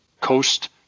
coast